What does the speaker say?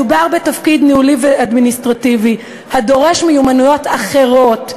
מדובר בתפקיד ניהולי ואדמיניסטרטיבי הדורש מיומנויות אחרות,